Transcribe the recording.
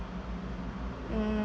mm